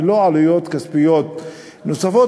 ללא עלויות כספיות נוספות,